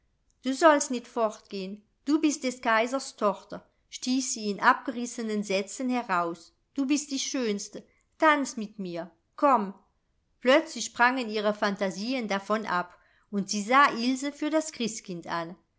du sollst nit fortgehn du bist des kaisers tochter stieß sie in abgerissenen sätzen heraus du bist die schönste tanz mit mir komm plötzlich sprangen ihre phantasien davon ab und sie sah ilse für das christkind an